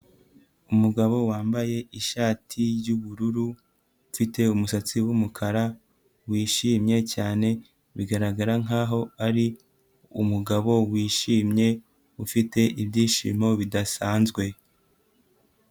Umugabo wambaye ishati y'ubururu, ufite umusatsi w'umukara, wishimye cyane, bigaragara nk'aho ari umugabo wishimye, ufite ibyishimo bidasanzwe.